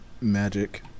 magic